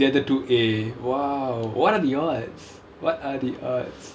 exact same !wow! and the other two A !wow! what are the odds what are the odds